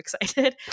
excited